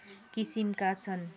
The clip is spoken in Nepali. किसिमका छन्